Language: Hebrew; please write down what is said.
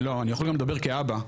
אני יכול גם לדבר כאבא,